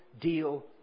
deal